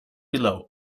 below